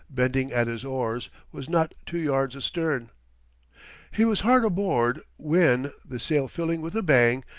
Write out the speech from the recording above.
bending at his oars, was not two yards astern. he was hard aboard when, the sail filling with a bang,